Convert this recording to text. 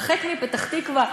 הרחק מפתח-תקווה,